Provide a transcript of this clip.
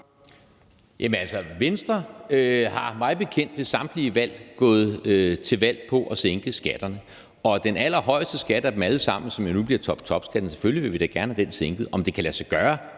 Venstre har mig bekendt ved samtlige valg gået til valg på at sænke skatterne, og den allerhøjeste skat af dem alle sammen, som jo nu bliver toptopskatten, vil vi da selvfølgelig gerne have sænket. Om det kan lade sig gøre,